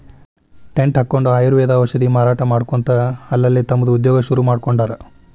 tent ಹಕ್ಕೊಂಡ್ ಆಯುರ್ವೇದ ಔಷಧ ಮಾರಾಟಾ ಮಾಡ್ಕೊತ ಅಲ್ಲಲ್ಲೇ ತಮ್ದ ಉದ್ಯೋಗಾ ಶುರುರುಮಾಡ್ಕೊಂಡಾರ್